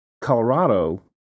Colorado